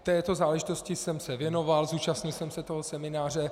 Této záležitosti jsem se věnoval, zúčastnil jsem se toho semináře.